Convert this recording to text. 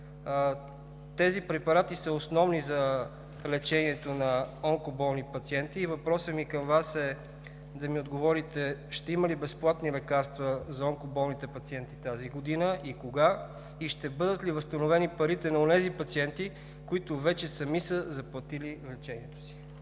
Тези препарати са основни за лечението на онкоболни пациенти. Въпросът ми към Вас е да ми отговорите ще има ли безплатни лекарства за онкоболните пациенти тази година и кога и ще бъдат ли възстановени парите на онези пациенти, които вече сами са заплатили лечението си?